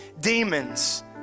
demons